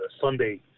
Sunday